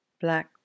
Black